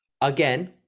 Again